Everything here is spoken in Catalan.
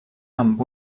amb